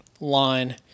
line